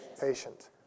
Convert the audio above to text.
patient